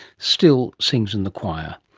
still sings in the choir.